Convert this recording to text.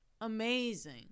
amazing